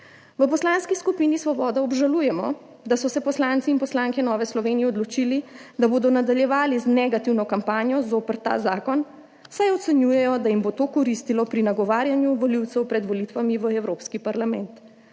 V Poslanski skupini Svoboda obžalujemo, da so se poslanci in poslanke Nove Slovenije odločili, da bodo nadaljevali z negativno kampanjo zoper ta zakon, saj ocenjujejo, da jim bo to koristilo pri nagovarjanju volivcev pred volitvami v Evropski parlament.